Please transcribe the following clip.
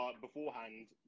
beforehand